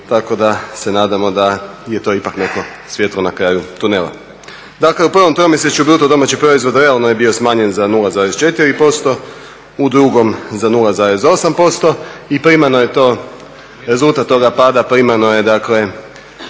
tako da se nadamo da je to ipak neko svjetlo na kraju tunela. Dakle u prvom tromjesečju bruto domaći proizvod realno je bio smanjen za 0,4%, u drugom za 0,8% i primarno je to rezultat toga pada, primarno je dakle